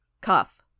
Cuff